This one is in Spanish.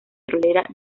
petrolera